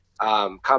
come